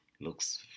looks